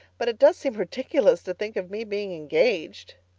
but it does seem ridiculous to think of me being engaged.